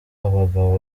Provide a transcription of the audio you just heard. abagabo